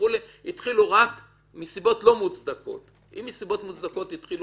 התחילו מסיבות לא מוצדקות אם מסיבות מוצדקות התחילו